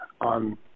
on